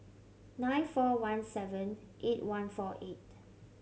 nine four one seven eight one four eight